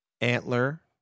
Antler